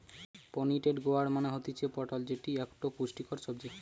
pointed gourd মানে হতিছে পটল যেটি একটো পুষ্টিকর সবজি